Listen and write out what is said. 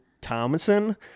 Thomason